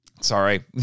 Sorry